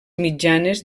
mitjanes